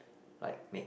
like make